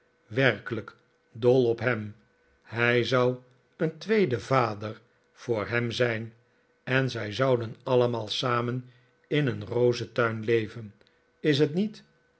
werkelijk dol op hem hij zou een tweede vader voor hem zijn en zij zouden allemaal samen in een rozentuin leven is het niet